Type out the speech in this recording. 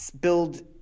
build